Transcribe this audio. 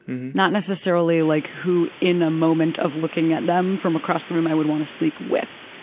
not necessarily like who in a moment of looking at them from across the room i would want to sleep with.